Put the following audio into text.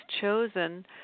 chosen